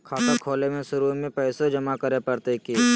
खाता खोले में शुरू में पैसो जमा करे पड़तई की?